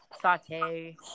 saute